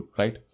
right